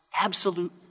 absolute